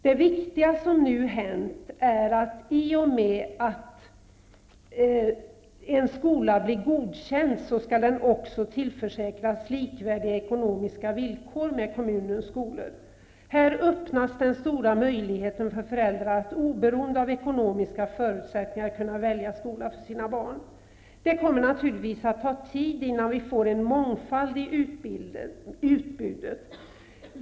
Det viktiga som nu hänt är att i och med att en skola blir godkänd, skall den också tillförsäkras likvärdiga ekonomiska villkor med kommunens skolor. Här öppnas den stora möjligheten för föräldrar att oberoende av ekonomiska förutsättningar kunna välja skola för sina barn. Det kommer naturligtvis att ta tid innan vi får en mångfald i utbudet.